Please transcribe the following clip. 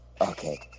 Okay